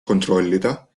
kontrollida